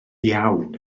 iawn